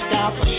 stop